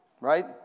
right